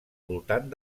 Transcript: voltant